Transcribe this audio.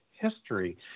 history